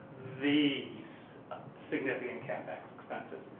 these significant capex expenses?